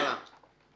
סעיף (ב) אושר.